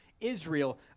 Israel